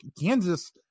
kansas